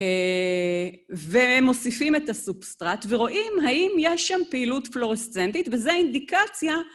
ומוסיפים את הסובסטרט ורואים האם יש שם פעילות פלורסצנטית וזה אינדיקציה